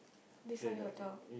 this is how you will talk